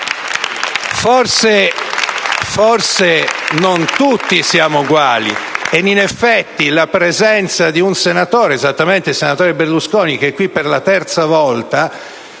Forse non tutti siamo uguali e in effetti la presenza di un senatore, esattamente il senatore Berlusconi, che è qui per la terza volta